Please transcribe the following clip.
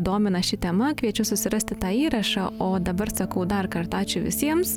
domina ši tema kviečiu susirasti tą įrašą o dabar sakau dar kartą ačiū visiems